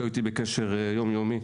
שהיו איתי בקשר יום יומי,